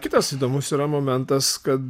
kitas įdomus yra momentas kad